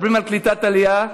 מדברים על קליטת עלייה,